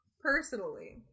personally